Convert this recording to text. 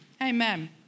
Amen